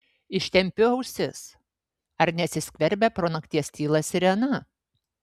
ištempiu ausis ar nesiskverbia pro nakties tylą sirena